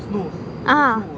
ah